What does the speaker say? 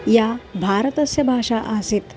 या भारतस्य भाषा आसीत्